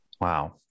Wow